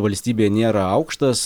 valstybėje nėra aukštas